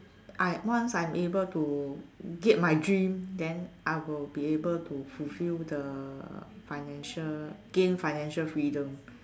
I once I able to get my dream then I will be able to fulfill the financial gain financial freedom